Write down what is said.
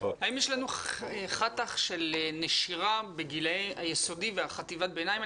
האם יש לנו חתך של נשירה בגילאי היסודי וחטיבת הביניים?